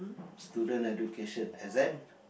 student education exam